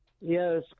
Yes